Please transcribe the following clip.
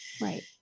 right